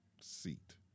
seat